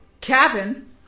Cabin